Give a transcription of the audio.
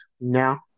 now